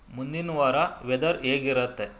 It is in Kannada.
ಮುಂದಿನ ವಾರ ವೆದರ್ ಹೇಗಿರತ್ತೆ